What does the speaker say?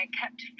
kept